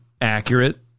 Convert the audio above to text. accurate